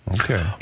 Okay